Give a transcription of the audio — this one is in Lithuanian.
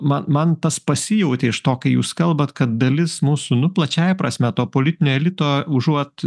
man man tas pasijautė iš to kai jūs kalbat kad dalis mūsų nu plačiąja prasme to politinio elito užuot